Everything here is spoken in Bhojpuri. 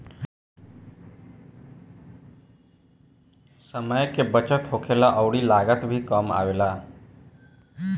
समय के बचत होखेला अउरी लागत भी कम आवेला